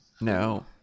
No